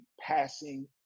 passing